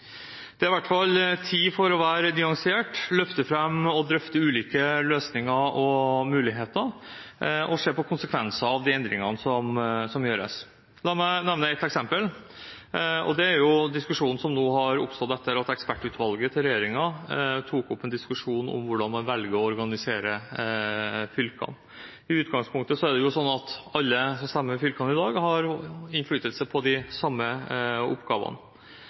er i hvert fall inne for å være nyansert, løfte fram og drøfte ulike løsninger og muligheter og se på konsekvenser av de endringene som gjøres. La meg nevne ett eksempel, som handler om diskusjonen som har oppstått nå, etter at ekspertutvalget til regjeringen tok opp en diskusjon om hvordan man velger å organisere fylkene: I utgangspunktet er det i dag slik at alle som stemmer ved kommune- og fylkestingsvalg, har innflytelse på de samme oppgavene.